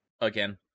again